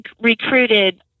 recruited